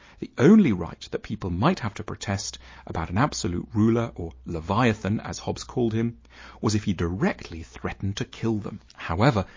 the only right, that people might have to protest about an absolute ruler or leviathan as hobbes called him if he directly threaten to kill them however,